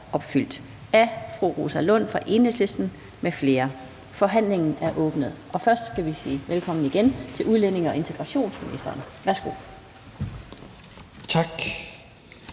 fg. formand (Annette Lind): Forhandlingen er åbnet. Og først skal vi sige velkommen igen til udlændinge- og integrationsministeren. Værsgo. Kl.